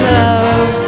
love